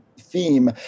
theme